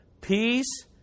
Peace